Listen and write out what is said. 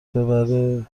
ببره